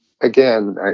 again